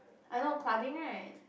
I know clubbing right